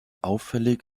auffällig